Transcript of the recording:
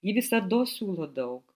ji visados siūlo daug